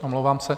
Omlouvám se.